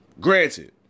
Granted